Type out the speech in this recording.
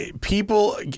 people